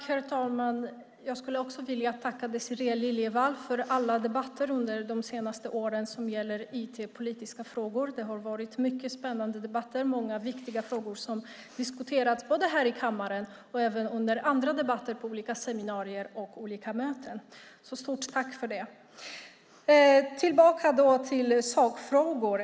Herr talman! Låt mig tacka Désirée Liljevall för alla debatter under de senaste åren som gällt IT-politiska frågor. Det har varit mycket spännande debatter. Många viktiga frågor har diskuterats både i kammaren och på olika seminarier och möten. Stort tack för det! Så tillbaka till sakfrågorna.